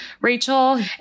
Rachel